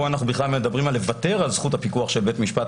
פה אנחנו בכלל מדברים על לוותר על זכות הפיקוח של בית המשפט,